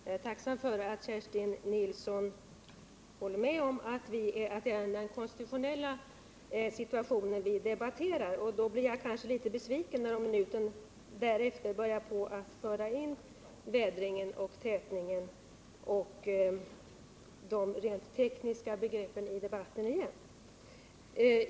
Herr talman! Jag är tacksam för att Kerstin Nilsson håller med om att det är den konstitutionella situationen som vi debatterar. Därför blev jag litet besviken när hon strax efteråt på nytt förde in vädringen, tätningen och de rent tekniska begreppen i debatten.